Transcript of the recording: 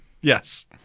Yes